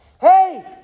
Hey